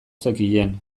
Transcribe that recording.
zekien